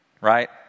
right